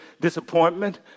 disappointment